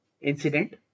incident